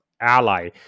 ally